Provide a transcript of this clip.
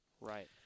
right